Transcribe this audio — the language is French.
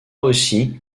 aussi